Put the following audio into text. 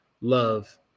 love